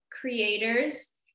creators